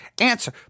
answer